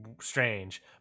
strange